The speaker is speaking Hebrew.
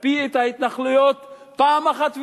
תקפיא את ההתנחלויות פעם אחת ולתמיד,